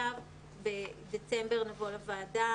בדצמבר נבוא לוועדה